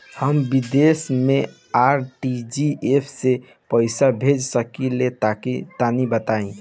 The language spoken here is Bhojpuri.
हम विदेस मे आर.टी.जी.एस से पईसा भेज सकिला तनि बताई?